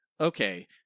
okay